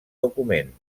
document